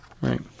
Right